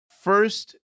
first